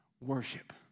worship